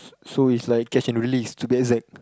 so it's like catch and release to be exact